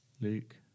Luke